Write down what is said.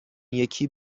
یکی